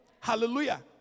Hallelujah